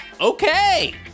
okay